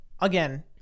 again